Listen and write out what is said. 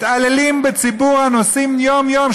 מתעללים בציבור הנוסעים יום-יום,